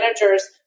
managers